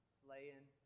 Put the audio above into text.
slaying